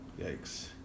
yikes